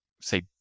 say